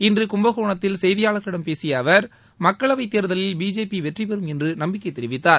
இன்று கும்பகோணத்தில் செய்தியாளர்களிடம் பேசிய அவர் மக்களவைத் தேர்தலில் பிஜேபி வெற்றிபெறும் என்று நம்பிக்கை தெரிவித்தார்